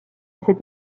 cette